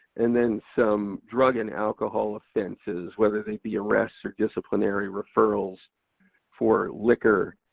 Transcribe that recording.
and then some drug and alcohol offenses, whether they be arrests, or disciplinary referrals for liquor,